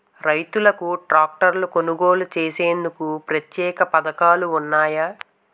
రైతులకు ట్రాక్టర్లు కొనుగోలు చేసేందుకు ప్రత్యేక పథకాలు ఉన్నాయా?